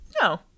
No